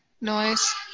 noise